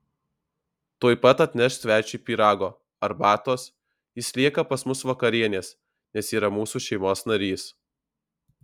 tuoj pat atnešk svečiui pyrago arbatos jis lieka pas mus vakarienės nes yra mūsų šeimos narys